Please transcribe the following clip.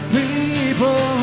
people